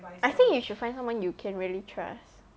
I think you should find someone you can really trust